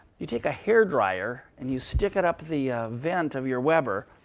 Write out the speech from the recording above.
you take a hair dryer and you stick it up the vent of your webber,